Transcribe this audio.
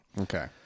Okay